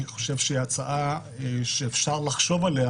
אני חושב שהיא הצעה שאפשר לחשוב עליה,